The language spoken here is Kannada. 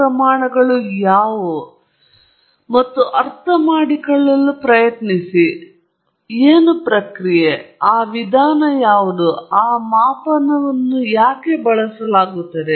ಆದ್ದರಿಂದ ನೀವು ಯಾವಾಗಲೂ ಕೆಲವು ಮಾನದಂಡದ ವಿರುದ್ಧ ಪರೀಕ್ಷಿಸಬೇಕು ಹೀಗಾಗಿ ನಿಮ್ಮ ಸಂವೇದಕವು ಸರಿಯಾಗಿರುತ್ತದೆ ಮತ್ತು ಒಮ್ಮೆ ಅದು ಸರಿಯಾಗಿದ್ದರೆ ನಿಮ್ಮ ಪ್ರಯೋಗದಲ್ಲಿನ ಸಂವೇದಕ ಸ್ಥಿತಿಯು ನೀವು ಸರಿಯಾಗಿ ಮಾಡುತ್ತಿರುವ ಪ್ರಯೋಗಕ್ಕೆ ಸೂಕ್ತವಾಗಿದೆ ಎಂದು ಖಚಿತಪಡಿಸಿಕೊಳ್ಳಿ